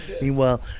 Meanwhile